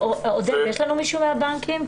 עודד, יש לנו מישהו מהבנקים?